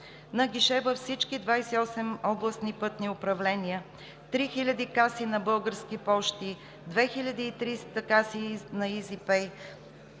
на гише във всички 28 областни пътни управления, 3000 каси на „Български пощи“, 2300 каси на „Изипей“